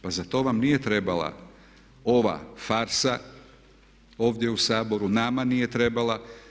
Pa za to vam nije trebala ova farsa ovdje u Saboru, nama nije trebala.